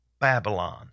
Babylon